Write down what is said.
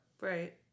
Right